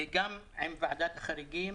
וגם עם ועדת החריגים,